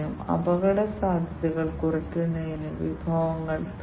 അതിനാൽ ഒന്നിലധികം വാതകങ്ങൾ അളക്കാൻ ഒരേ സെൻസർ ഉപയോഗിക്കാം